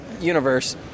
universe